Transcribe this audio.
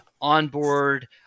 onboard